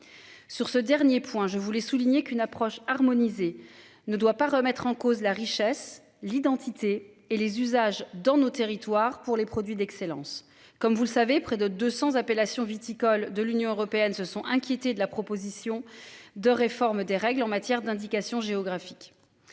sur ce dernier point je voulais souligner qu'une approche harmonisée ne doit pas remettre en cause la richesse l'identité et les usages dans nos territoires pour les produits d'excellence comme vous le savez, près de 200 appellation viticole de l'Union européenne se sont inquiétés de la proposition de réforme des règles en matière d'indication géographique.